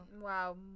Wow